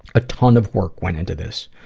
a ton of work went into this.